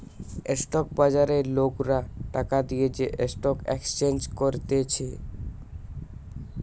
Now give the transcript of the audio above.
stock বাজারে লোকরা টাকা দিয়ে যে স্টক এক্সচেঞ্জ করতিছে